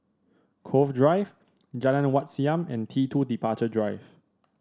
Cove Drive Jalan Wat Siam and T two Departure Drive